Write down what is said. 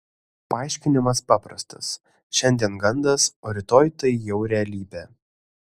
paaiškinimas paprastas šiandien gandas o rytoj tai jau realybė